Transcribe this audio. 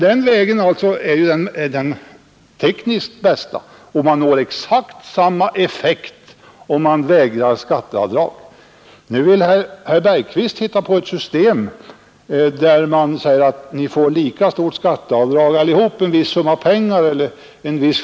Den vägen är annars den tekniskt bästa, och man når exakt samma effekt som om man vägrar att ge skatteavdrag för räntan. Nu vill herr Bergqvist ha ett skattesystem där man ger ett lika stort skatteavdrag eller en viss summa pengar åt alla.